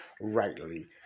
rightly